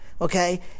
Okay